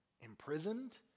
imprisoned